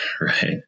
right